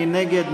מי נגד?